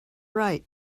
right